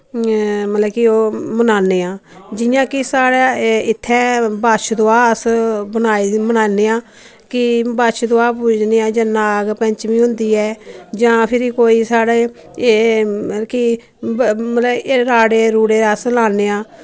मतलब कि ओ मनान्ने आं जि'यां कि साढ़ै एह् इत्थै बच्छ दुआ अस बनाई दी मनान्ने आं कि बच्छ दुआ पूजने आं जां नाग पंचमी होंदी ऐ जां फिरी कोई साढ़े एह् मतलब कि एह् राड़े रुड़े अस लान्ने आं